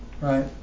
right